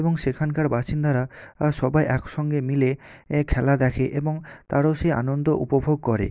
এবং সেখানকার বাসিন্দারা সবাই একসঙ্গে মিলে এ খেলা দেখে এবং তারাও সেই আনন্দ উপভোগ করে